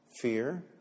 Fear